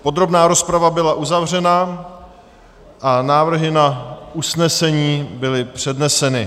Podrobná rozprava byla uzavřena a návrhy na usnesení byly předneseny.